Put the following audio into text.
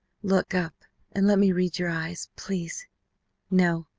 look up and let me read your eyes, please no,